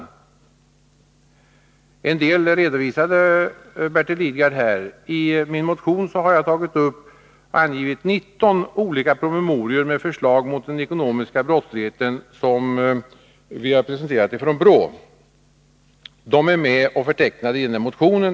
Bertil Lidgard redovisade en del, och i min motion har jag angivit 19 olika promemorior med förslag till åtgärder mot den ekonomiska brottsligheten som vi har presenterat från BRÅ. Det går bra att läsa innantill i motionen.